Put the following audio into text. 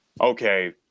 Okay